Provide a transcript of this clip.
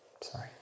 sorry